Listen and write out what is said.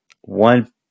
one